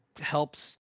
helps